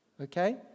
Okay